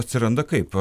atsiranda kaip